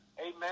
amen